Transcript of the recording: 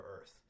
Earth